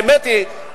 האמת היא,